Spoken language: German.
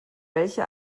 welche